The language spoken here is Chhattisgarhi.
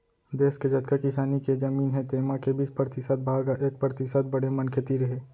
देस के जतका किसानी के जमीन हे तेमा के बीस परतिसत भाग ह एक परतिसत बड़े मनखे तीर हे